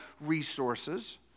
resources